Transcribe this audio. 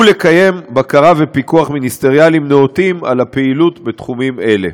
ולקיים בקרה ופיקוח מיניסטריאליים נאותים על הפעילות בתחומים אלה.